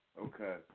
Okay